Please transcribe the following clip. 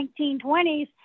1920s